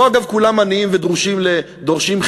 אגב, לא כולם עניים ודורשים חמלה,